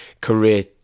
career